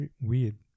weird